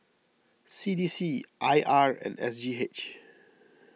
C D C I R and S G H